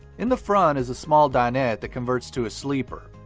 in the front is a small dinette that converts to a sleeper.